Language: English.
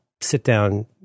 sit-down